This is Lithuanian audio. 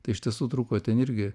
tai iš tiesų trūko ten irgi